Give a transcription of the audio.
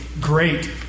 great